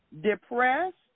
depressed